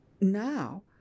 now